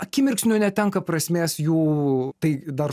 akimirksniu netenka prasmės jų tai dar